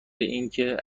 اینکه